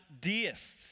deists